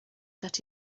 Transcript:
that